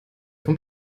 vom